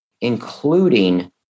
including